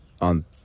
on